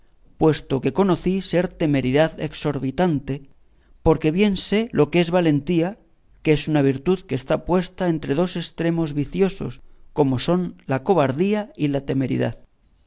puesto que conocí ser temeridad esorbitante porque bien sé lo que es valentía que es una virtud que está puesta entre dos estremos viciosos como son la cobardía y la temeridad